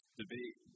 debate